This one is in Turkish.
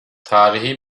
tarihi